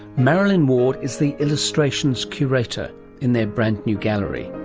marilyn ward is the illustrations curator in their brand new gallery.